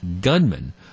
gunman